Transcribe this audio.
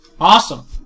Awesome